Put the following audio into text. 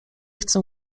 chcę